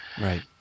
Right